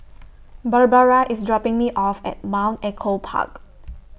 Barbara IS dropping Me off At Mount Echo Park